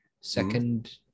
Second